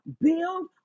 build